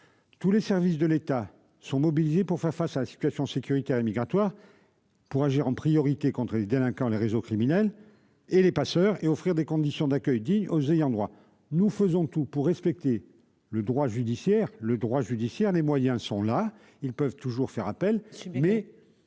Tous les services de l'État sont mobilisés pour faire face à la situation sécuritaire et migratoire, en agissant en priorité contre les délinquants, les réseaux criminels et les passeurs, et pour offrir des conditions d'accueil dignes aux ayants droit. Nous faisons tout pour respecter le droit judiciaire. La priorité est de faire juger rapidement les personnes interpellées,